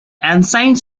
ancient